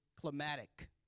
climatic